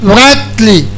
rightly